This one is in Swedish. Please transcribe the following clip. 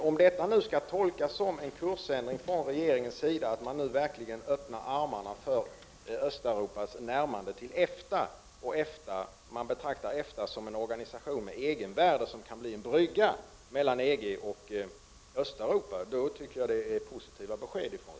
Om detta nu skall tolkas som en kursändring från regeringens sida, att man nu verkligen öppnar armarna för Östeuropas närmande till EFTA och betraktar EFTA som en organisation med egenvärde som kan bli en brygga mellan EG och Östeuropa, tycker jag det är positiva besked från regeringen.